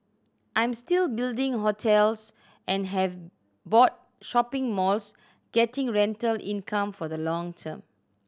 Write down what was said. I'm still building hotels and have bought shopping malls getting rental income for the long term